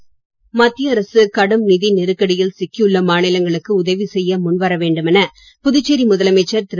நாராயணசாமி மத்திய அரசு கடும் நிதி நெருக்கடியில் சிக்கியுள்ள மாநிலங்களுக்கு உதவி செய்ய முன் வரவேண்டும் என புதுச்சேரி முதலமைச்சர் திரு